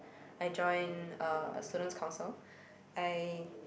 I joined uh student's council I